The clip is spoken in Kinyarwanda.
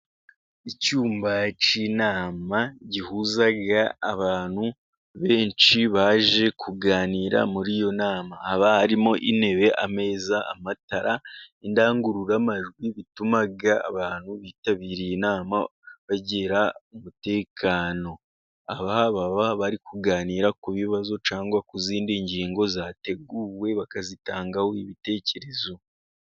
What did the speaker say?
Icyumba cy'inama gihuza abantu benshi, baje kuganira muri iyo nama, haba harimo intebe ameza, amatara, indangururamajwi, bituma abantu bitabiriye inama bagira umutekano, baba bari kuganira ku bibazo cyangwa, ku zindi ngingo zateguwe bakazitangaho ibitekerezo.